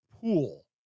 pool